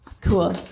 Cool